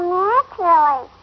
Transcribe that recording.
naturally